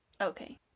okay